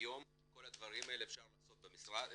היום את כל הדברים האלה אפשר לעשות באתר,